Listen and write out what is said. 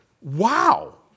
wow